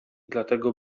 dlatego